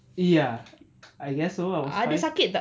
ya I guess so I was fine